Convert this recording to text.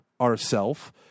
ourself